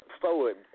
forward